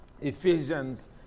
Ephesians